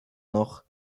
noch